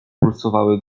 pulsowały